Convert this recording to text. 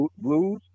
Blues